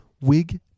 wig